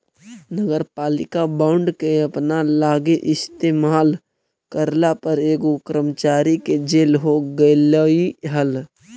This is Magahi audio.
नगरपालिका बॉन्ड के अपना लागी इस्तेमाल करला पर एगो कर्मचारी के जेल हो गेलई हल